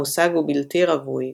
המושג הוא בלתי רווי,